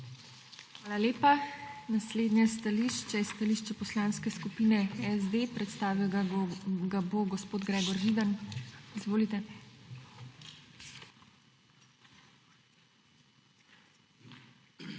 Hvala lepa. Naslednje stališče je stališče Poslanske skupine SD. Predstavil ga bo gospod Gregor Židan. Izvolite.